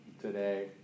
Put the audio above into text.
today